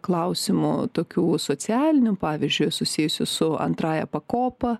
klausimų tokių socialinių pavyzdžiui susijusių su antrąja pakopa